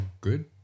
good